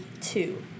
two